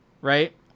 right